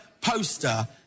poster